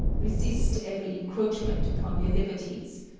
resist every encroachment upon your liberties,